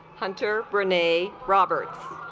hunter rene robert